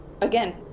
again